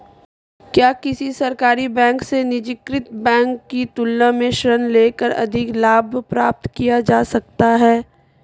क्या किसी सरकारी बैंक से निजीकृत बैंक की तुलना में ऋण लेकर अधिक लाभ प्राप्त किया जा सकता है?